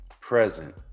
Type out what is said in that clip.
present